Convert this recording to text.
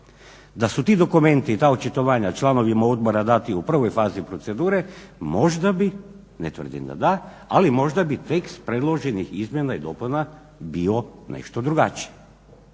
Da su ti dokumenti i ta očitovanja članovima odbora dati u prvoj fazi procedure možda bih, ne tvrdim da da, ali možda bi tekst predloženih izmjena i dopuna bio nešto drugačiji.